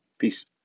Peace